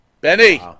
Benny